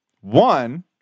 One